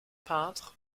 peintre